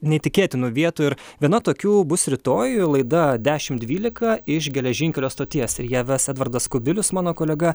neįtikėtinų vietų ir viena tokių bus rytoj laida dešim dvylika iš geležinkelio stoties ir ją ves edvardas kubilius mano kolega